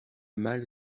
mal